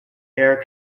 air